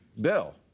Bill